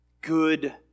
good